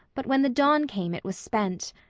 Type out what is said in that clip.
but when the dawn came it was spent.